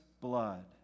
blood